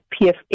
PFA